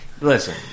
Listen